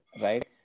right